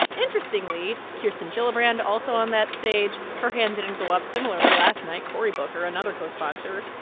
interestingly, kirsten gillibrand, also on that stage, her hand didn't go up. similarly last night, cory booker another co-sponsor,